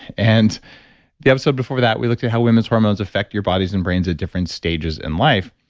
and the episode before that, we looked at how women's hormones affect your bodies and brains at different stages in life.